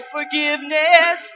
Forgiveness